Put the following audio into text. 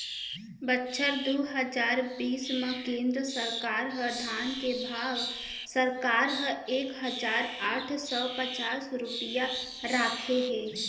बछर दू हजार बीस म केंद्र सरकार ह धान के भाव सरकार ह एक हजार आठ सव पचास रूपिया राखे हे